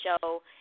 show